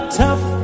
tough